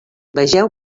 vegeu